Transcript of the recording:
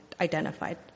identified